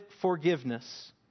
forgiveness